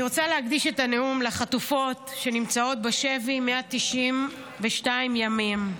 אני רוצה להקדיש את הנאום לחטופות שנמצאות בשבי 192 ימים.